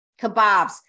Kebabs